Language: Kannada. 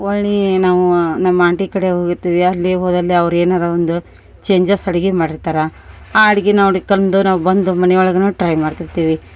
ಒಳ್ಳಿಯ ನಾವು ನಮ್ಮ ಆಂಟಿ ಕಡಿ ಹೋಗಿರ್ತಿವಿ ಅಲ್ಲಿ ಹೋದಲ್ಲಿ ಅವ್ರು ಏನಾರ ಒಂದು ಚೇಂಜಸ್ ಅಡಿಗಿ ಮಾಡಿರ್ತಾರ ಆ ಅಡಿಗಿನ ನೋಡಿಕಂದು ನಾವು ಬಂದ್ ಮನಿಯೊಳಗನ ಟ್ರೈ ಮಾಡ್ತಿರ್ತಿವಿ